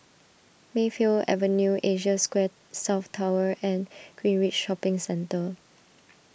Mayfield Avenue Asia Square South Tower and Greenridge Shopping Centre